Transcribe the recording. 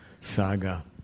saga